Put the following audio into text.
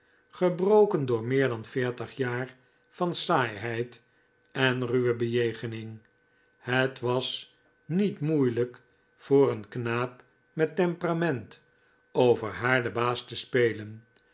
gebroken door meer dan veertig jaar van saaiheid en ruwe bejegening het was niet moeilijk voor een knaap met temperament over haar den baas te spelen